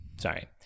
Sorry